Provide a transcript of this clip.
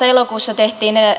elokuussa teimme